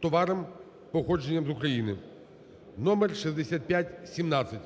товарам, походженням з України (№ 6517).